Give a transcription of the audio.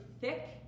thick